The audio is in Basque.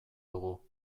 dugu